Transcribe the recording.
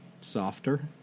softer